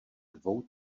dvou